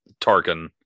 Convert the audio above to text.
Tarkin